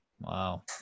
Wow